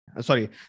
Sorry